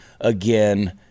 again